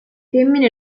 femmine